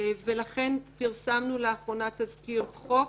ולכן פרסמנו לאחרונה תסקיר חוק,